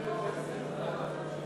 אי-אמון בממשלה לא נתקבלה.